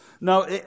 No